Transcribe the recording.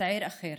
צעיר אחר.